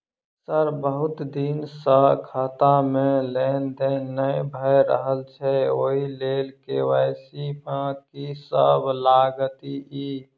Sir बहुत दिन सऽ खाता मे लेनदेन नै भऽ रहल छैय ओई लेल के.वाई.सी मे की सब लागति ई?